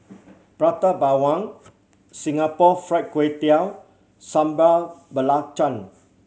Prata Bawang Singapore Fried Kway Tiao Sambal Belacan